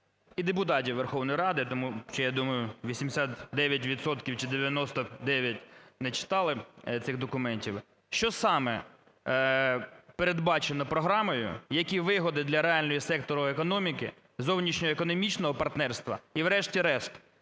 і депутатів Верховної Ради, тому що, я думаю, 89 відсотків чи 99 не читали цих документів, що саме передбачено програмою, які вигоди для реального сектору економіки, зовнішньоекономічного партнерства, і врешті-решт